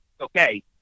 okay